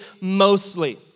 mostly